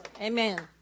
Amen